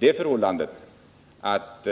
Det förhållandet att